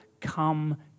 come